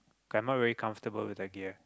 okay I'm not very comfortable with a gear